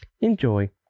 Enjoy